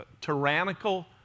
tyrannical